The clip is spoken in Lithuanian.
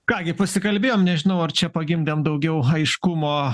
ką gi pasikalbėjome nežinau ar čia pagimdėme daugiau aiškumo